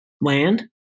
land